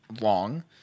long